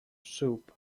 soup